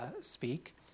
speak